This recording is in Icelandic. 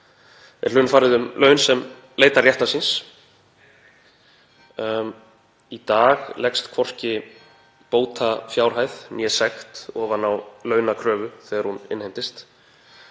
er hlunnfarið um laun sem leitar réttar síns. Í dag leggst hvorki bótafjárhæð né sekt ofan á launakröfu þegar hún innheimtist